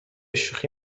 شوخی